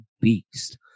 beast